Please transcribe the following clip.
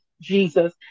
Jesus